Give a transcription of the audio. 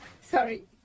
sorry